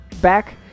back